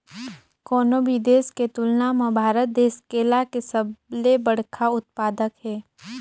कोनो भी देश के तुलना म भारत देश केला के सबले बड़खा उत्पादक हे